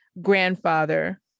grandfather